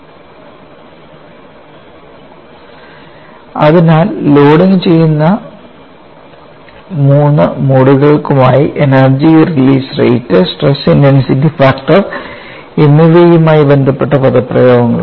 Refer Slide Time 0710 അതിനാൽ loading ചെയ്യുന്ന മൂന്ന് മോഡുകൾക്കുമായി energy release rate stress intensity factor എന്നിവയുമായി ബന്ധപ്പെട്ട പദപ്രയോഗങ്ങളുണ്ട്